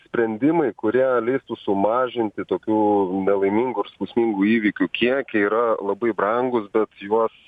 sprendimai kurie leistų sumažinti tokių nelaimingų ir skausmingų įvykių kiekį yra labai brangūs bet juos